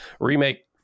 remake